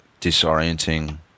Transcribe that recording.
disorienting